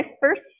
first